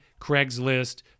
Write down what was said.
Craigslist